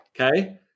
Okay